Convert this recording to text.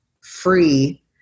free